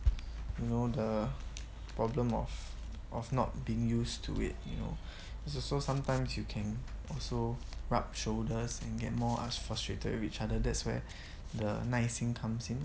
you know the problem of of not being used to it you know it's also sometimes you can also rub shoulders and get more fus~ frustrated with each other that's why the 耐心 comes in